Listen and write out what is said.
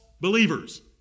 believers